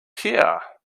here